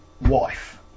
wife